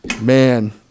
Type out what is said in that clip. Man